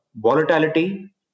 Volatility